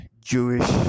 Jewish